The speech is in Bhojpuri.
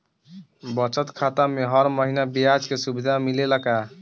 बचत खाता में हर महिना ब्याज के सुविधा मिलेला का?